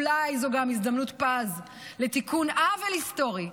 אולי זו גם הזדמנות פז לתיקון עוול היסטורי,